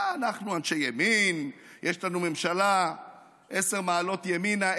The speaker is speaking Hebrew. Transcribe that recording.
אנחנו אנשי ימין, יש לנו ממשלה עשר מעלות ימינה.